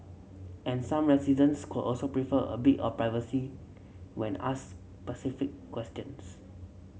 and some residents could also prefer a bit of privacy when asked specific questions